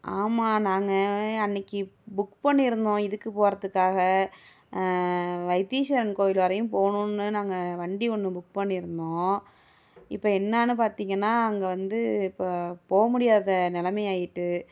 ஆமாம் நாங்கள் அன்னிக்கி புக் பண்ணி இருந்தோம் இதுக்கு போகிறதுக்காக வைத்தீஸ்வரன் கோயில் வரையும் போகணும்ன்னு நாங்கள் வண்டி ஒன்று புக் பண்ணியிருந்தோம் இப்போ என்னென்னு பார்த்திங்கன்னா அங்கே வந்து இப்போ போக முடியாத நிலைமையாகிட்டு